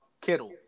Kittle